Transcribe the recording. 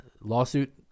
lawsuit